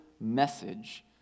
message